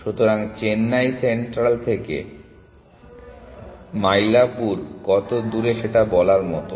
সুতরাং চেন্নাই সেন্ট্রাল থেকে মাইলাপুর কত দূরে সেটা বলার মতো